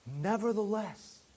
Nevertheless